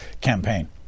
campaign